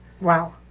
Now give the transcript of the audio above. Wow